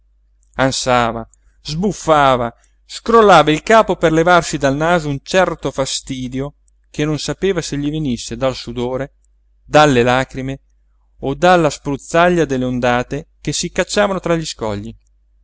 ansava sbuffava scrollava il capo per levarsi dal naso un certo fastidio che non sapeva se gli venisse dal sudore dalle lacrime o dalla spruzzaglia delle ondate che si cacciavano tra gli scogli